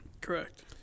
Correct